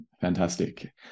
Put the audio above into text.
Fantastic